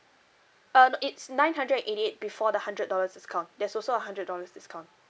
uh no it's nine hundred and eighty eight before the hundred dollars discount there's also a hundred dollars discount